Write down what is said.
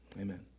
Amen